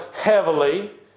heavily